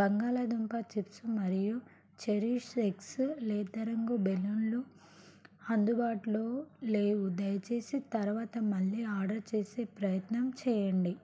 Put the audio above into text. బంగాళాదుంప చిప్స్ మరియు cherish X లేతరంగు బెలూన్లు అందుబాటులో లేవు దయచేసి తరువాత మళ్ళీ ఆర్డర్ చేసే ప్రయత్నం చేయండి